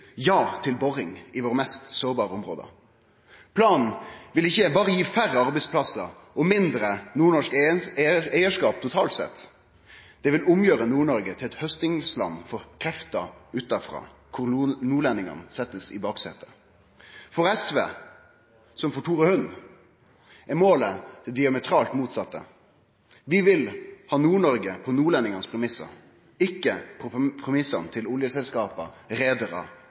ja til boring i våre mest sårbare område. Planen vil ikkje berre gi færre arbeidsplassar og mindre nordnorsk eigarskap totalt sett, det vil gjere Nord-Noreg om til eit haustingsland for krefter utanfrå, der nordlendingane blir sette i baksetet. For SV, som for Tore Hund, er målet det diametralt motsette. Vi vil ha Nord-Noreg på nordlendinganes premissar, ikkje på premissane til oljeselskapa,